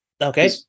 Okay